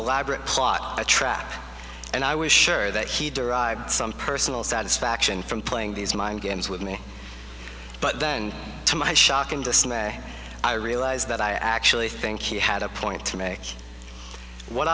elaborate plot a trap and i was sure that he derived some personal satisfaction from playing these mind games with me but then to my shock and dismay i realized that i actually think he had a point to make what